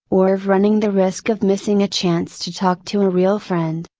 or of running the risk of missing a chance to talk to a real friend,